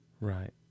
Right